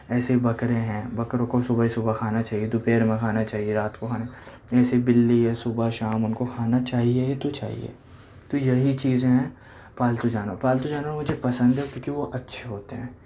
ایسے بکرے ہیں بکروں کو صُبح ہی صُبح کھانا چاہیے دوپہر میں کھانا چاہیے رات کو کھانا ایسے بِلّی ہے صُبح شام اُن کو کھانا چاہیے تو چاہیے تو یہی چیزیں ہیں پالتو جانور پالتو جانور مجھے پسند ہیں کیونکہ وہ اچھے ہوتے ہیں